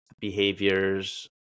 behaviors